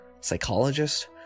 psychologist